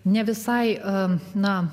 ne visai amžina